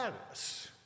status